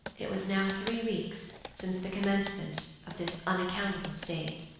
it was now three weeks since the commencement of this unaccountable state.